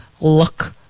look